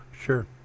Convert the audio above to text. Sure